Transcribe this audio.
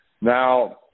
Now